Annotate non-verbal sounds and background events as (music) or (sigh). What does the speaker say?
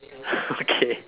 (laughs) okay